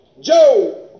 Joe